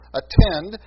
attend